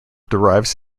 derives